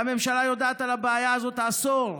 והממשלה יודעת על הבעיה הזאת עשור.